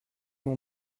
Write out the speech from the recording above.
mon